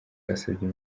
basabye